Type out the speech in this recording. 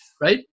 right